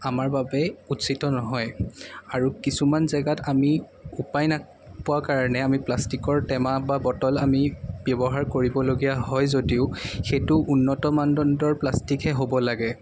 আমাৰ বাবে উচিত নহয় আৰু কিছুমান জেগাত আমি উপায় নোপোৱা কাৰণে প্লাষ্টিকৰ টেমা বা বটল আমি ব্যৱহাৰ কৰিবলগীয়া হয় যদিও সেইটো উন্নত মানদণ্ডৰ প্লাষ্টিকহে হ'ব লাগে